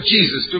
Jesus